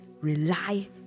rely